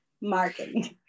Marketing